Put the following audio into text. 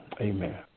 Amen